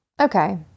Okay